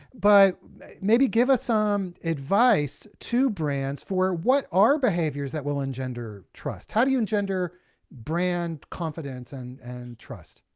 but maybe give us some um advice to brands for what are behaviors that will engender trust? how do you engender brand confidence and and trust?